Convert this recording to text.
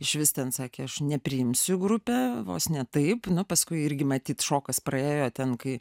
išvis ten sakė aš nepriimsiu į grupę vos ne taip nu paskui irgi matyt šokas praėjo ten kai